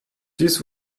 dies